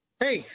Hey